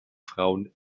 frauen